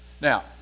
Now